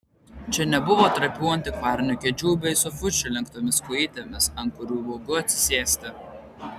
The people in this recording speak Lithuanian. čia nebuvo trapių antikvarinių kėdžių bei sofučių lenktomis kojytėmis ant kurių baugu atsisėsti